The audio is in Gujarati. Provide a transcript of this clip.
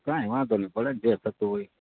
કાંઈ વાંધો નહીં ભલે ને જે થતું હોય એ